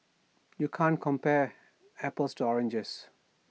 you can't compare apples to oranges